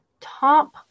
top